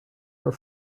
are